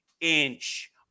inch